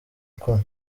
kumwe